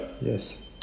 Yes